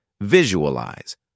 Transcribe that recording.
Visualize